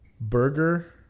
burger